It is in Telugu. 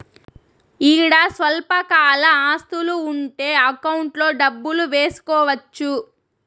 ఈడ స్వల్పకాల ఆస్తులు ఉంటే అకౌంట్లో డబ్బులు వేసుకోవచ్చు